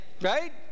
right